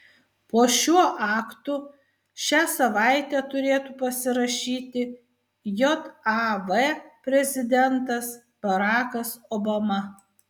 po šiuo aktu šią savaitę turėtų pasirašyti jav prezidentas barakas obama